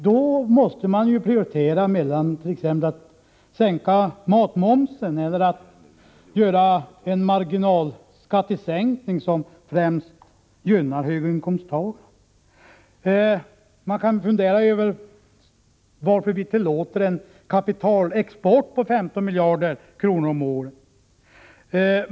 Då måste man t.ex. välja mellan att minska på matmomsen eller att göra en marginalskattesänkning som främst gynnar höginkomsttagarna. Man kan fundera över varför vi tillåter en kapitalexport på 15 miljarder kronor om året.